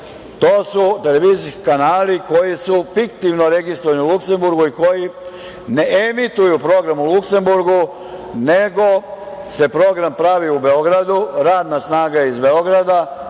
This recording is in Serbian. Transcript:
To su televizijski kanali koji su fiktivno registrovani u Luksemburgu i koji neemituju program u Luksemburgu, nego se program pravi u Beogradu, radna snaga je iz Beograda,